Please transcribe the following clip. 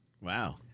Wow